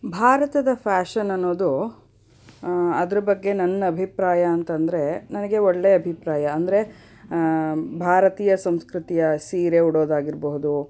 ಭಾರತದ ಫ್ಯಾಷನ್ ಅನ್ನೋದು ಅದರ ಬಗ್ಗೆ ನನ್ನ ಅಭಿಪ್ರಾಯ ಅಂತಂದರೆ ನನಗೆ ಒಳ್ಳೆಯ ಅಭಿಪ್ರಾಯ ಅಂದರೆ ಭಾರತೀಯ ಸಂಸ್ಕೃತಿಯ ಸೀರೆ ಉಡೋದಾಗಿರಬಹುದು